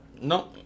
no